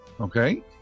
Okay